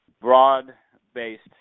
broad-based